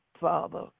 Father